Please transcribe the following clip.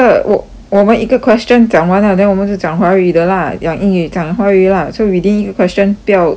我们一个 question 讲完 lah then 我们就讲华语的 lah 讲英语讲华语 lah so within 一个 question 不要不要